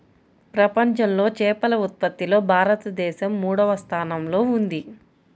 ప్రపంచంలో చేపల ఉత్పత్తిలో భారతదేశం మూడవ స్థానంలో ఉంది